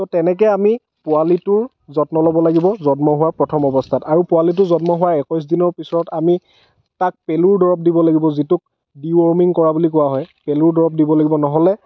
ত' তেনেকে আমি পোৱালিটোৰ যত্ন ল'ব লাগিব জন্ম হোৱাৰ প্ৰথম অৱস্থাত আৰু পোৱালিটোৰ জন্ম হোৱাৰ একৈছ দিনৰ পিছত আমি তাক পেলুৰ দৰৱ দিব লাগিব যিটোক ডিৱৰ্মিং কৰা বুলি কোৱা হয় পেলুৰ দৰৱ দিব লাগিব নহ'লে